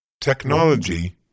Technology